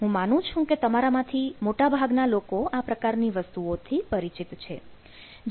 હું માનું છું કે તમારા માંથી મોટાભાગના લોકો આ પ્રકારની વસ્તુઓથી પરિચિત છે